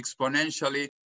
exponentially